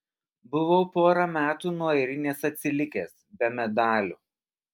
buvau porą metų nuo airinės atsilikęs be medalių